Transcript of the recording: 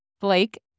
Blake